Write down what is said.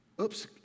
Oops